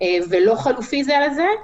ולא חלופי זה על זה.